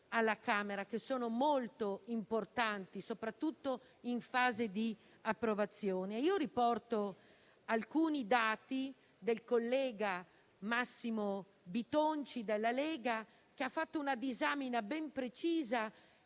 grazie a tutto